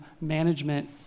management